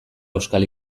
euskal